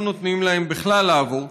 לא נותנים להם בכלל לעבור,